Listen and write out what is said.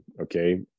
okay